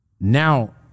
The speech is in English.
Now